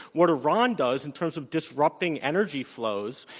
what iran does, in terms of disrupting energy flows